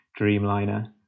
dreamliner